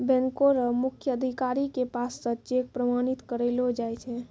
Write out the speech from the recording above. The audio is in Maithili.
बैंको र मुख्य अधिकारी के पास स चेक प्रमाणित करैलो जाय छै